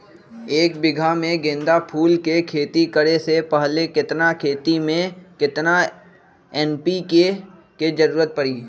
एक बीघा में गेंदा फूल के खेती करे से पहले केतना खेत में केतना एन.पी.के के जरूरत परी?